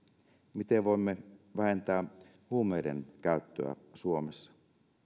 miten voimme vähentää huumeiden käyttöä suomessa